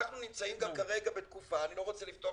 אנחנו נמצאים כרגע בתקופה אני לא רוצה לפתוח